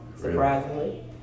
surprisingly